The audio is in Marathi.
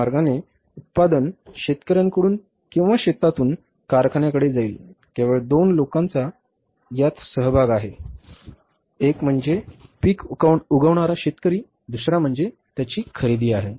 त्या मार्गाने उत्पादन शेतकर्यांकडून किंवा शेतातून कारखान्याकडे जाईल केवळ दोन लोकांचा यात सहभाग आहे एक म्हणजे पीक उगवणारा शेतकरी दुसरा कंपनी ज्याची खरेदी आहे